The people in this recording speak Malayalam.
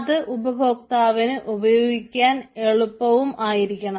അത് ഉപഭോക്താവിന് ഉപയോഗിക്കാൻ എളുപ്പവും ആയിരിക്കണം